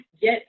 get